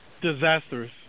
disastrous